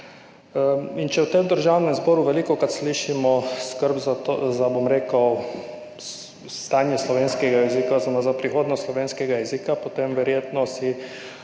Če v Državnem zboru velikokrat slišimo skrb za, bom rekel, stanje slovenskega jezika oziroma za prihodnost slovenskega jezika, potem si verjetno